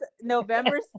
november